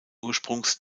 ursprungs